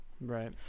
Right